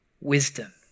wisdom